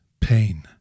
pain